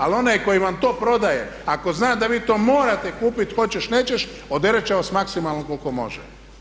Ali onaj koji vam to prodaje, ako zna da vi to morate kupiti hoćeš, nećeš oderati će vas maksimalno koliko može.